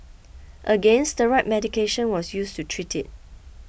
again steroid medication was used to treat it